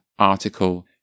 article